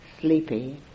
sleepy